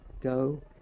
Go